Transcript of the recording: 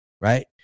right